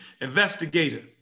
investigator